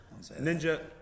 Ninja